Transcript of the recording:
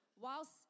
whilst